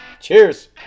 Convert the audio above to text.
Cheers